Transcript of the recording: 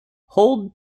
hold